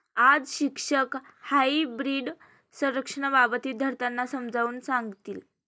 आज शिक्षक हायब्रीड सुरक्षेबाबत विद्यार्थ्यांना समजावून सांगतील